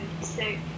say